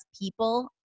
people